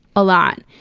a lot.